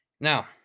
Now